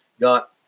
got